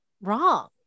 wrong